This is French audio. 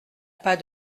pas